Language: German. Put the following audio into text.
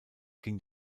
ging